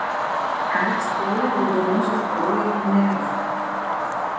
aids puola raudonuosius kraujo kūnelius